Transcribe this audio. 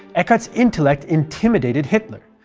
eckart's intellect intimidated hitler,